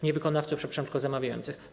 Nie wykonawców, przepraszam, tylko zamawiających.